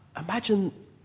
imagine